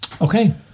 Okay